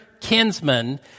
kinsman